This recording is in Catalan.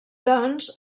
doncs